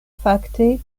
fakte